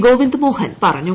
ഗോവിന്ദ് മോഹൻ പറഞ്ഞു